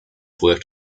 worked